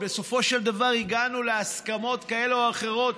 בסופו של דבר הגענו להסכמות כאלה או אחרות,